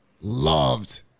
loved